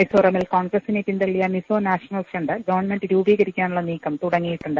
മിസോറമിൽ കോൺഗ്രസിനെ പിന്തള്ളിയൂ Mizo National Front government രൂപീകരിക്കാനുള്ള നീക്കം തുടങ്ങിയിട്ടുണ്ട്